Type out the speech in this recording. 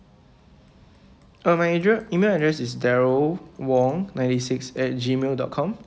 uh my add~ email address is darryl wong ninety six at G mail dot com